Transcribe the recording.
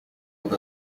with